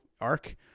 arc